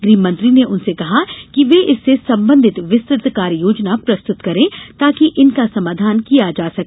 गृहमंत्री ने उनसे कहा कि वे इससे संबंधित विस्तृत कार्य योजना प्रस्तृत करें ताकि इनका समाधान किया जा सके